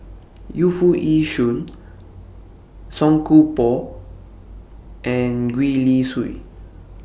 Yu Foo Yee Shoon Song Koon Poh and Gwee Li Sui